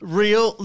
real